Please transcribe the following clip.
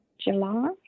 July